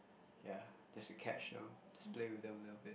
ya just to catch them just to play with them a little bit